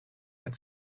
had